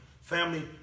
Family